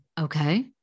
okay